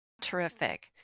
Terrific